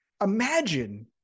Imagine